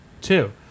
Two